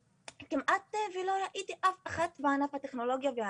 וכמעט ולא ראיתי אף אחת בענף הטכנולוגיה וההייטק.